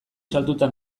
sartuta